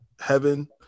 heaven